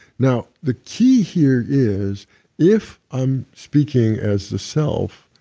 now, the key here is if i'm speaking as the self,